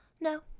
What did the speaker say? No